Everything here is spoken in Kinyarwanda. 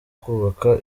kubaka